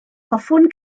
hoffwn